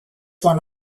one